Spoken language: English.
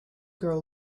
grow